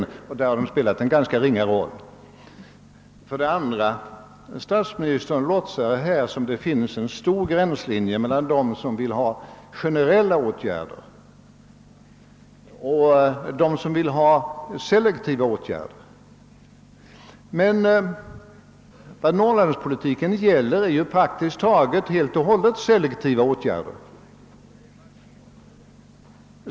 Där har de i verkligheten spelat en ganska ringa roll. Vidare låtsades statsministern som om det fanns en tydlig gränslinje mellan dem som vill använda generella åtgärder och dem som vill ha selektiva åtgärder. Vad Norrlandspolitiken avser är emellertid praktiskt taget alltsammans selektiva åtgärder.